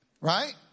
Right